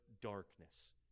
darkness